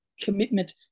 commitment